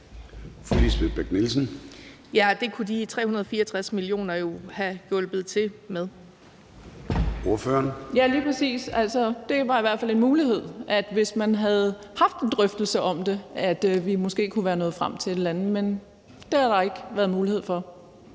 12:39 Brigitte Klintskov Jerkel (KF): Ja, lige præcis. Det var i hvert fald en mulighed, hvis man havde haft en drøftelse om det, at vi måske kunne være nået frem til et eller andet. Men det har der ikke været mulighed for.